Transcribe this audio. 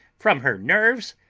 from her nerves,